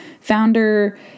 founder